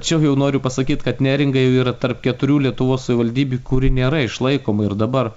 čia jau noriu pasakyt kad neringa jau yra tarp keturių lietuvos savivaldybių kuri nėra išlaikoma ir dabar